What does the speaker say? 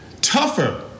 tougher